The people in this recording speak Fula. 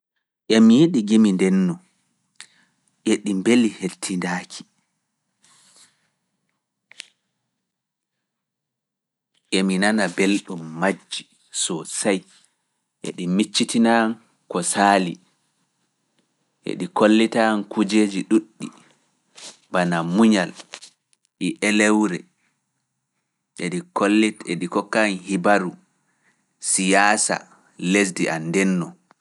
Emi yiɗi gimi ndenno, eɗi mbeli hettindaaki. Emi nana belɗum majji sosay, eɗi miccitinan ko saali, eɗi kollitan kujeeji ɗuɗɗi, bana muñal, e elewre, eɗi kollit, eɗi kokkan hibaru, siyaasa, lesdi an ndenno.